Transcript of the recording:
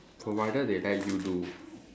provided they let you do